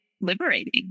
liberating